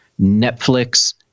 Netflix